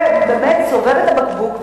ובאמת מסובב את הבקבוק,